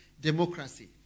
democracy